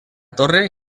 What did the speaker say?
torre